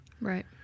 Right